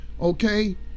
okay